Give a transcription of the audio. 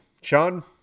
Sean